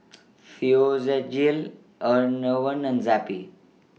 Physiogel Enervon and Zappy